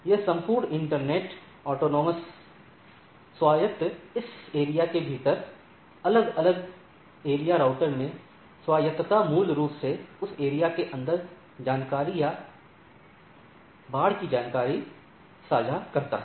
यह संपूर्ण इंटरनेटवर्क स्वायत्त इस एरिया के भीतर अलग अलग एरिया राउटर में स्वायत्तता मूल रूप से उस एरिया के अंदर जानकारी या बाढ़ की जानकारी साझा करता है